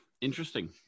interesting